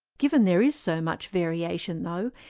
given there is so much variation though,